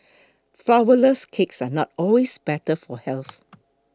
Flourless Cakes are not always better for health